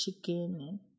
chicken